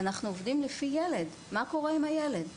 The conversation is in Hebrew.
אנחנו עובדים לפי ילד, מה קורה עם הילד.